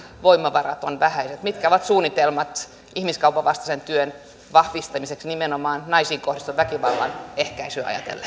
voimavarat ovat vähäiset mitkä ovat suunnitelmat ihmiskaupan vastaisen työn vahvistamiseksi nimenomaan naisiin kohdistuvan väkivallan ehkäisyä ajatellen